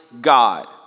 God